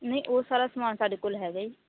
ਨਹੀਂ ਉਹ ਸਾਰਾ ਸਮਾਨ ਸਾਡੇ ਕੋਲ ਹੈਗਾ ਜੀ